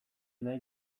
nahi